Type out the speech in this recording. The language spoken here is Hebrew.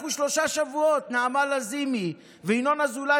נעמה לזימי וינון אזולאי,